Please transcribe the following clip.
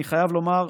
אני חייב לומר,